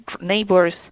neighbors